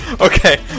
okay